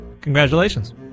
Congratulations